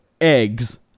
eggs